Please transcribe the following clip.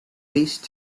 least